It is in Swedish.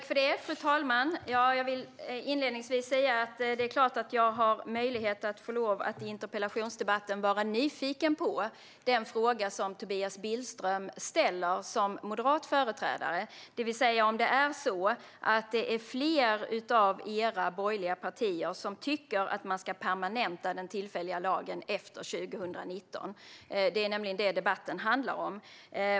Fru talman! Det är klart att jag får lov att i interpellationsdebatten vara nyfiken på den fråga som Tobias Billström som moderat ställföreträdare ställer, det vill säga om det är fler borgerliga partier som tycker att man ska permanenta den tillfälliga lagen efter 2019. Det är nämligen det som debatten handlar om.